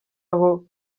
aho